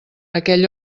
aquell